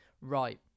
right